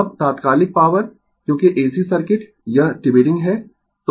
अब तात्कालिक पॉवर क्योंकि AC सर्किट यह टिबेरिंग है